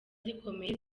zikomeye